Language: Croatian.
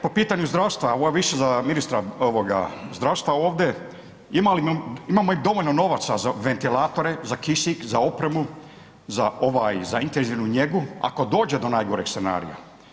Po pitanju zdravstva, ovo je više za ministra ovoga zdravstva ovde, imamo li dovoljno novaca za ventilatore, za kisik, za opremu, za ovaj, za intenzivnu njegu ako dođe do najgoreg scenarija?